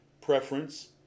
preference